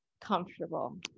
comfortable